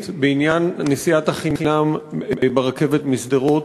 הזאת בעניין נסיעת החינם ברכבת משדרות.